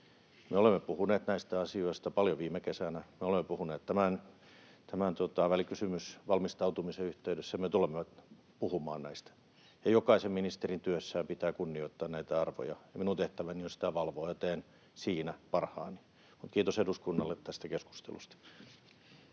Me olemme puhuneet näistä asioista paljon viime kesänä, me olemme puhuneet tämän välikysymysvalmistautumisen yhteydessä, me tulemme puhumaan näistä, ja jokaisen ministerin pitää työssään kunnioittaa näitä arvoja. Minun tehtäväni on sitä valvoa, ja teen siinä parhaani. Kiitos eduskunnalle tästä keskustelusta.